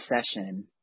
session